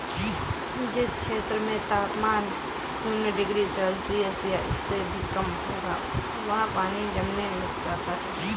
जिस क्षेत्र में तापमान शून्य डिग्री सेल्सियस या इससे भी कम होगा वहाँ पानी जमने लग जाता है